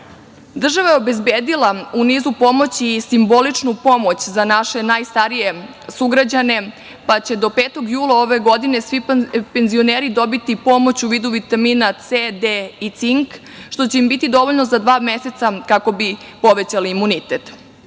opada. Država je obezbedila u nizu pomoći i simboličnu pomoć za naše najstarije sugrađane, pa će do 5. jula ove godine svi penzioneri dobiti pomoć u vidu vitamina C, D i cink, što će im biti dovoljno za dva meseca, kako bi povećali imunitet. Ovim